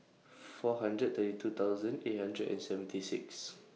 four hundred thirty two thousand eight hundred and seventy six